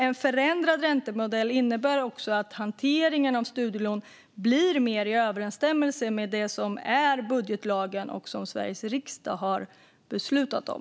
En förändrad räntemodell innebär också att hanteringen av studielån stämmer bättre överens med den budgetlag Sveriges riksdag har beslutat om.